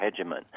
hegemon